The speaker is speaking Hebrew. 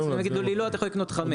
והם יגידו לי לא אתה יכול לקנות חמש.